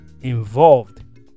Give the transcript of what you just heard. involved